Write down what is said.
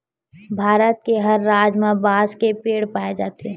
भारत के हर राज म बांस के पेड़ पाए जाथे